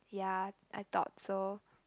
yeah I thought so